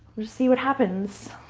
just see what happens.